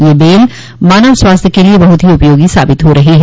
यह बेल मानव स्वास्थ्य के लिए बहुत ही उपयोगी साबित हो रही है